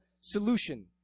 solution